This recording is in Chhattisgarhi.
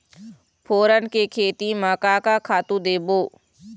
फोरन के खेती म का का खातू देबो?